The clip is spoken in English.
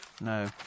no